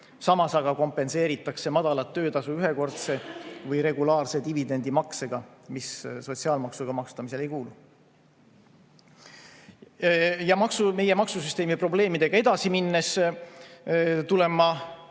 Samas kompenseeritakse madalat töötasu ühekordse või regulaarse dividendimaksega, mis sotsiaalmaksuga maksustamisele ei kuulu. Meie maksusüsteemi probleemidega edasi minnes tulen